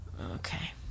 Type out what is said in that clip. Okay